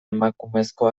emakumezko